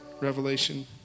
Revelation